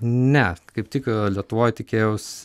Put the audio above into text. ne kaip tik lietuvoj tikėjaus